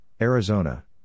Arizona